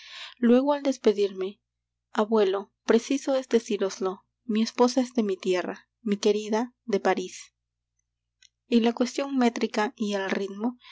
luego al despedirme abuelo preciso es decíroslo mi esposa es de mi tierra mi querida de parís y la cuestión métrica y el ritmo